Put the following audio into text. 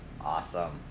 Awesome